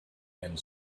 and